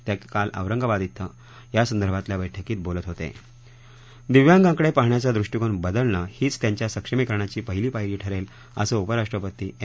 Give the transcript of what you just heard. तक्रिाल औरंगाबाद शे यासंदर्भातल्या बैठकीत बोलत होत दिव्यांगांकडप्राहण्याचा द्रष्टीकोन बदलणं हीच त्यांच्या सक्षमीकरणाची पहिली पायरी ठरव्य असं उपराष्ट्रपती एम